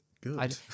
good